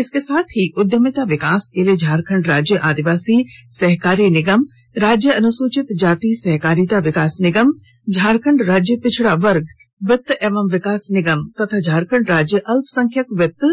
इसके साथ ही उद्यमिता विकास के लिए झारखंड राज्य आदिवासी सहकारी निगम राज्य अनुसूचित जाति सहकारिता विकास निगम झारखंड राज्य पिछड़ा वर्ग वित्त एवं विकास निगम तथा झारखंड राज्य अल्पसंख्यक वित्त